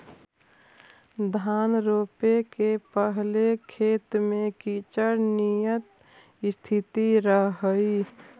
धान रोपे के पहिले खेत में कीचड़ निअन स्थिति रहऽ हइ